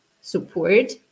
support